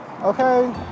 okay